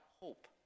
hope